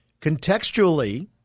Contextually